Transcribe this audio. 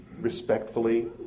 respectfully